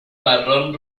marrón